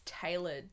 tailored